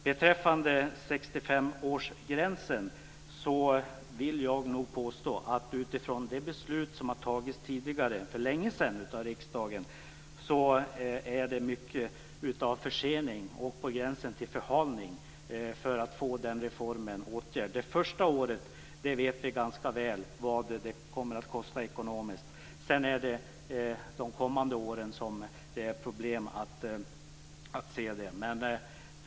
Beträffande 65-årsgränsen vill jag nog påstå att utifrån det beslut som har fattats för länge sedan av riksdagen handlar det mycket om försening, på gränsen till förhalning, i fråga om att få den reformen åtgärdad. Vi vet ganska väl vad detta kommer att kosta under det första året. Under de kommande åren är det däremot svårt att se vad det kommer att kosta.